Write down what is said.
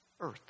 earth